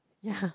ya